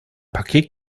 paket